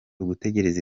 ugutegereza